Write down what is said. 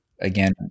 again